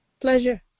pleasure